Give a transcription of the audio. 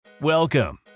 Welcome